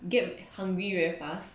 get hungry very fast